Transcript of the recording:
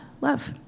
love